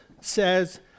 says